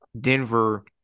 Denver